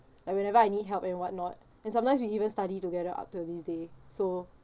like whenever I need help and whatnot and sometimes we even study together up till this day so